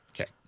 Okay